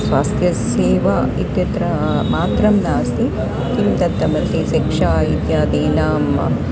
स्वास्थ्यसेवा इत्यत्र मात्रं नास्ति किं दत्तमस्ति शिक्षा इत्यादीनाम्